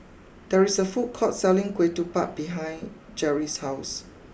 there is a food court selling Ketupat behind Jeri's house